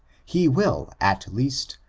he will, at least,